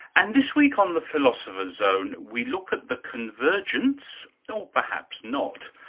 and this week on the philosopher's zone we look at the convergence, or perhaps not,